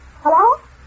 Hello